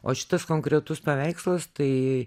o šitas konkretus paveikslas tai